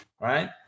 right